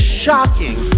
shocking